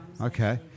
Okay